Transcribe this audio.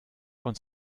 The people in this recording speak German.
von